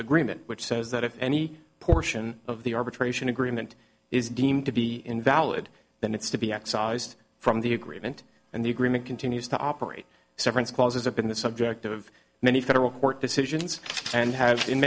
agreement which says that if any portion of the arbitration agreement is deemed to be invalid then it's to be excised from the agreement and the agreement continues to operate severance clauses have been the subject of many federal court decisions and has in